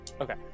Okay